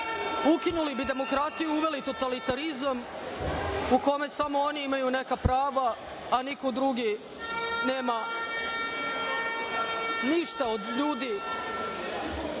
ukinuli bi demokratiju, uveli totalitarizam u kome samo oni imaju neka prava, a niko drugi nema ništa. Idemo